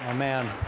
ah man.